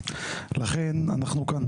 לכן אנחנו כאן,